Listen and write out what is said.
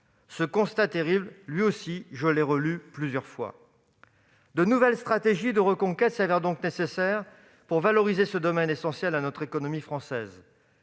Ce constat terrible, j'ai aussi dû le relire plusieurs fois ! De nouvelles stratégies de reconquête s'avèrent donc nécessaires pour valoriser ce domaine essentiel à l'économie française.